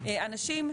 אנשים,